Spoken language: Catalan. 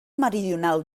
meridional